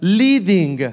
leading